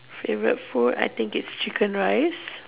favorite food I think is chicken rice